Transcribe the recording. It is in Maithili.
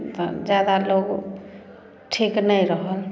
तऽ जादा लोग ठीक नहि रहल